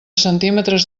centímetres